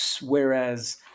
Whereas